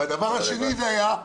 והדבר השני היה,